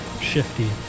shifty